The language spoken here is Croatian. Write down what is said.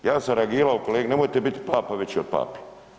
Ja sam reagirao, kolega, nemojte biti papa veći od pape.